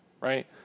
right